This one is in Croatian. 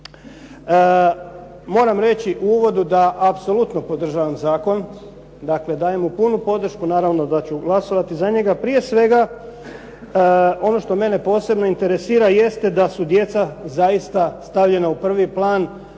Moram reći u uvodu, da apsolutno podržavam zakon. Dakle dajem mu punu podršku, naravno da ću glasovati za njega. Prije svega ono što mene posebno interesira jeste da su djeca zaista stavljena u prvi plan kao